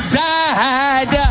died